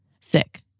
sick